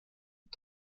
und